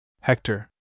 Hector